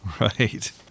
Right